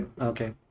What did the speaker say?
Okay